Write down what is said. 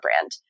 brand